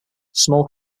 small